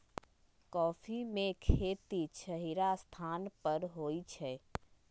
coffee में खेती छहिरा स्थान पर होइ छइ